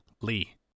lee